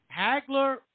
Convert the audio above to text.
Hagler